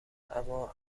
اما